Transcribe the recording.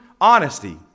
honesty